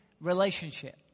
relationship